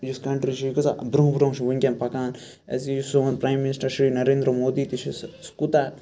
یُس کَنٹری چھِ یہِ کۭژاہ برونٛہہ برونٛہہ چھِ وٕنکیٚن پَکان أزۍ کہِ یُس سون پرٛایِم مِنسٹَر شری نَرریند مودی چھِ سُہ کوٗتاہ